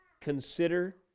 consider